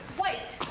wait!